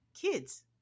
kids